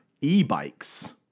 e-bikes